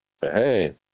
Hey